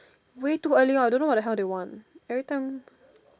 way too early lor I don't know what the hell they want every time